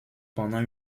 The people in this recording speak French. pendant